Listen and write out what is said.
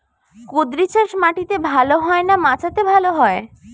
কুঁদরি চাষ মাটিতে ভালো হয় না মাচাতে ভালো হয়?